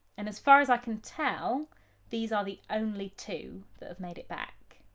and as far as i can tell these are the only two that have made it back.